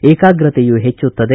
ಏಕಾಗ್ರತೆಯೂ ಹೆಚ್ಚುತ್ತದೆ